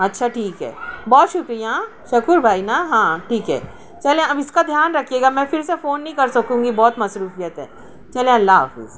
اچھا ٹھیک ہے بہت شکریہ ہاں شکور بھائی نا ہاں ٹھیک ہے چلیں اب اس کا دھیان رکھیے گا میں پھر سے فون نہیں کر سکوں گی بہت مصروفیت ہے چلیں اللہ حافظ